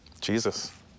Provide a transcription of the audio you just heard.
Jesus